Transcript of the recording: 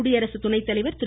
குடியரசுத்துணைத்தலைவர் திரு